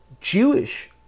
Jewish